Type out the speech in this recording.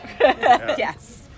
Yes